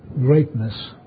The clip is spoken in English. greatness